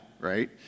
right